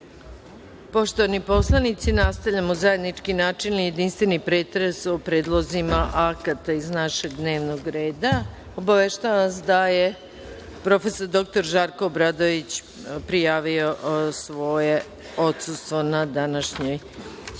Poštovani poslanici nastavljamo zajednički načelni i jedinstveni pretres o predlozima akata iz našeg dnevnog reda. Obaveštavam vas da je prof. dr Žarko Obradović prijavio svoje odsustvo na današnjoj